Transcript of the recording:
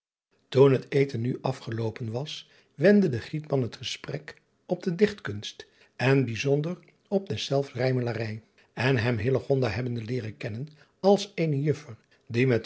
oen het eten nu afgeloopen was wendde de rietman het gesprek op de ichtkunst en bijzonder op deszelfs ij melarij en hem hebbende leeren kennen als een uffer die